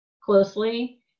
closely